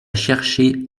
cherché